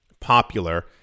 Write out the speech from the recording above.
popular